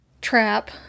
trap